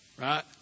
Right